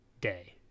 day